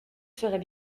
serait